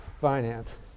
finance